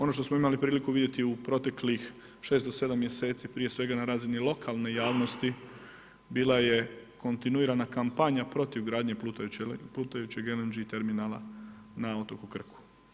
Ono što smo imali priliku vidjeti u proteklih 6 do 7 mjeseci, prije svega na razini lokalne javnosti bila je kontinuirana kampanja protiv gradnje plutajućeg LNG terminala na otoku Krku.